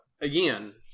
Again